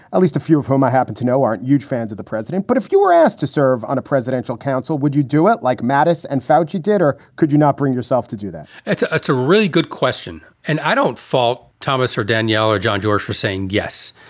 at least a few of whom i happen to know aren't huge fans of the president, but if you were asked to serve on a presidential council, would you do it like matus and fouche you did? or could you not bring yourself to do that? it's a really good question. and i don't fault thomas or danielle or john george for saying, yes,